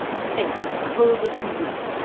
faith, as cold as can be.